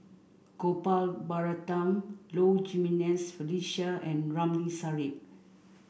Gopal Baratham Low Jimenez Felicia and Ramli Sarip